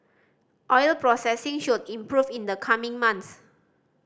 oil processing should improve in the coming months